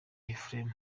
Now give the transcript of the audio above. ephrem